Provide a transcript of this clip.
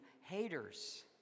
haters